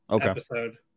episode